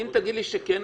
אם תגיד לי שכן,